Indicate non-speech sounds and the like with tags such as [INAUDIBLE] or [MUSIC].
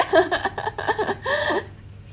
[LAUGHS]